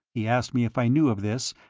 he asked me if i knew of this,